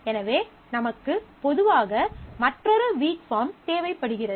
எனவே நமக்கு பொதுவாக மற்றொரு வீக் பார்ம் தேவைப்படுகிறது